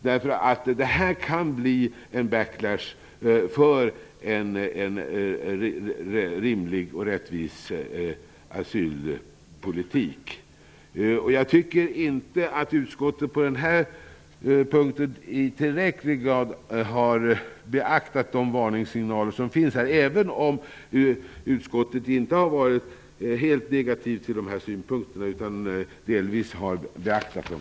Detta kan nämligen bli en ''backlash'' för en rimlig och rättvis asylpolitik. Jag tycker inte att utskottet på denna punkt tillräckligt har beaktat varningssignalerna här. Utskottet har dock inte varit helt negativt till de här synpunkterna, utan man har delvis beaktat dem.